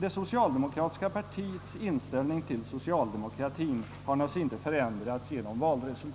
det socialdemokratiska partiets inställning till kommunisterna naturligtvis inte har förändrats genom valrörelsen.